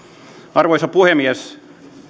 arvoisa puhemies